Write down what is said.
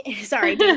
sorry